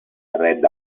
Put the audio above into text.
red